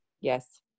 Yes